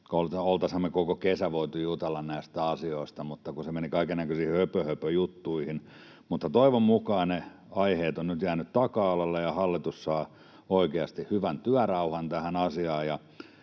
me koko kesä voitu jutella näistä asioista, mutta se meni kaikennäköisiin höpöhöpöjuttuihin. Mutta toivon mukaan ne aiheet ovat nyt jääneet taka-alalle ja hallitus saa oikeasti hyvän työrauhan tähän asiaan.